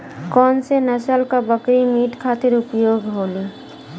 कौन से नसल क बकरी मीट खातिर उपयोग होली?